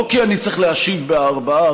לא כי אני צריך להשיב ב-16:00,